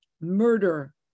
murder